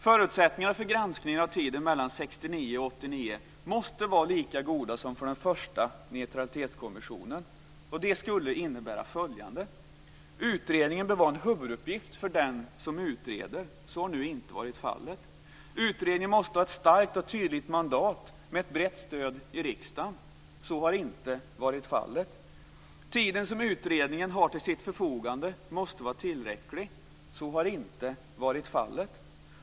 Förutsättningarna för granskning av tiden mellan år 1969 och år 1989 måste vara lika goda som för den första neutralitetskommissionen. Det skulle innebära följande: · Utredningen bör vara en huvuduppgift för den som utreder. Så har nu inte varit fallet. · Utredningen måste ha ett starkt och tydligt mandat med ett brett stöd i riksdagen. Så har inte varit fallet. · Den tid som utredningen har till sitt förfogande måste vara tillräcklig. Så har inte varit fallet.